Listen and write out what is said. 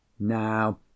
Now